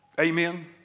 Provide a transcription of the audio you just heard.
Amen